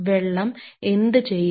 വെള്ളം എന്ത് ചെയ്യും